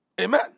Amen